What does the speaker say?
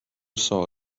saw